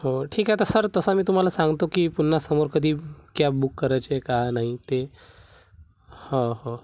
हो ठीक आहे आता सर तसा मी तुम्हाला सांगतो की पुन्हा समोर कधी क्याब बुक करायची आहे का नाही ते हो हो